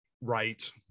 right